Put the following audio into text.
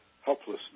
helplessness